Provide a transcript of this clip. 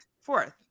fourth